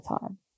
time